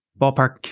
ballpark